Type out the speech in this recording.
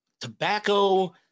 tobacco